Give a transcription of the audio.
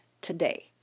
today